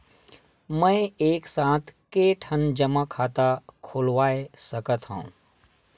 मैं एक साथ के ठन जमा खाता खुलवाय सकथव?